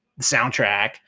soundtrack